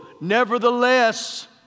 nevertheless